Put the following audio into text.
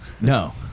No